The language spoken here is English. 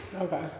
Okay